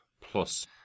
Plus